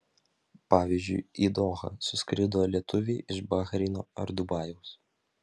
pavyzdžiui į dohą suskrido lietuviai iš bahreino ar dubajaus